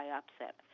upset